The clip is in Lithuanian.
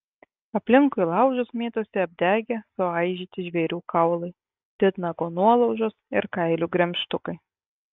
aplinkui laužus mėtosi apdegę suaižyti žvėrių kaulai titnago nuolaužos ir kailių gremžtukai